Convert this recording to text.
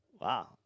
Wow